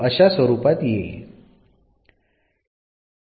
अशा स्वरूपात येईल